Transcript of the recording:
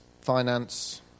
finance